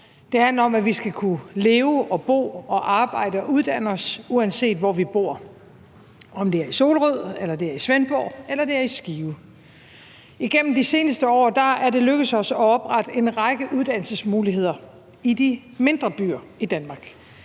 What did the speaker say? Det handler om, at vi skal kunne leve og bo og arbejde og uddanne os, uanset hvor vi bor – om det er i Solrød eller det er i Svendborg eller det er i Skive. Igennem de seneste år er det lykkedes os at oprette en række uddannelsesmuligheder i de mindre byer i Danmark.